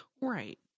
Right